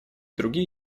другие